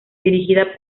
dirigida